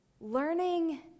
Learning